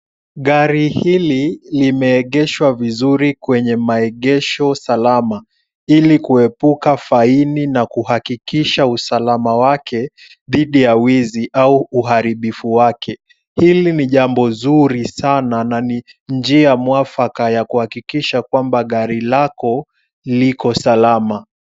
Gari hili limeegeshwa vizuri kwenye maegesho salama, ili kuepuka faini na kuhakikisha usalama wake dhidi ya uwizi au uharibifu wake. Hili ni jambo zuri sana na ni njia mwafaka ya kuhakikisha kwamba gari lako liko salama.